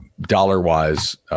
dollar-wise